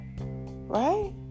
right